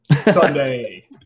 Sunday